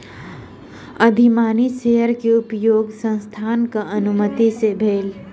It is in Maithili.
अधिमानी शेयर के उपयोग संस्थानक अनुमति सॅ भेल